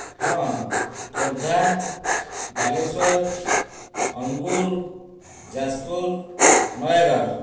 ହଁ ଖୋର୍ଦ୍ଧା ବାଲେଶ୍ୱର ଅନୁଗୁଳ ଯାଜପୁର ନୟାଗଡ଼